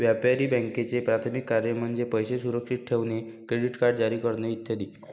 व्यापारी बँकांचे प्राथमिक कार्य म्हणजे पैसे सुरक्षित ठेवणे, क्रेडिट कार्ड जारी करणे इ